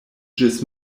ĝis